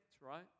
right